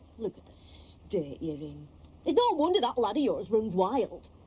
look at the state you're in. it's no wonder that lad of yours runs wild.